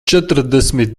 četrdesmit